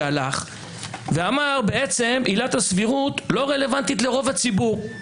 שאמר שעילת הסבירות לא רלוונטית לרוב הציבור.